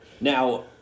Now